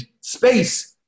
space